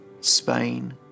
Spain